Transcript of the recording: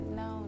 no